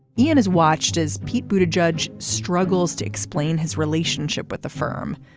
ian has watched as pete bood adjudge struggles to explain his relationship with the firm.